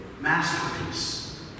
masterpiece